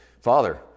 Father